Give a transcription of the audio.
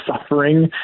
suffering